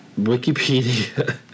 Wikipedia